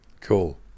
Cool